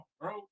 bro